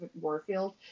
Warfield